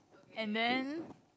and then